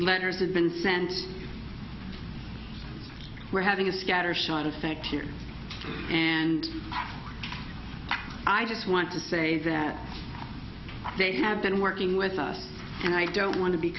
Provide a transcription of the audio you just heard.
letters has been sent we're having a scattershot effect here and i just want to say that they have been working with us and i don't want to be